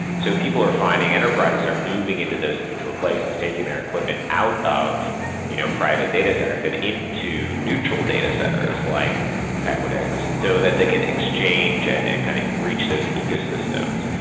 so people are finding enterprises are moving into those neutral places, taking their equipment out of you know private data centers and into neutral data centers, like equinix, so that they can exchange and and kind of reach those ecosystems.